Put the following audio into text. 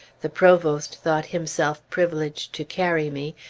the provost thought himself privileged to carry me,